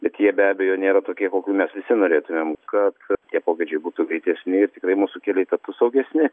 bet jie be abejo nėra tokie kokių mes visi norėtumėm kad tie pokyčiai būtų greitesni ir tikrai mūsų keliai taptų saugesni